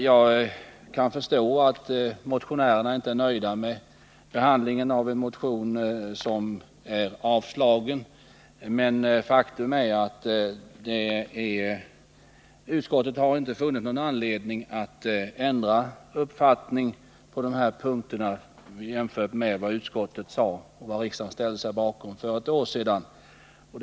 Jag kan förstå att motionärerna inte är nöjda med behandlingen av en motion som blivit avstyrkt, men faktum är att utskottet inte har funnit någon anledning att ändra den uppfattning på där berörda punkter som utskottet gav uttryck för för ett år sedan och som riksdagen då ställde sig bakom.